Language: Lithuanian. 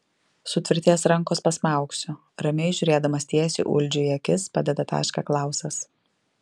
sutvirtės rankos pasmaugsiu ramiai žiūrėdamas tiesiai uldžiui į akis padeda tašką klausas